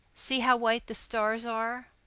see how white the stars are.